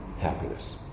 happiness